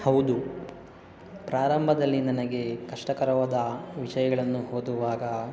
ಹೌದು ಪ್ರಾರಂಭದಲ್ಲಿ ನನಗೆ ಕಷ್ಟಕರವಾದ ವಿಷಯಗಳನ್ನು ಓದುವಾಗ